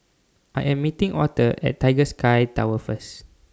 I Am meeting Authur At Tiger Sky Tower First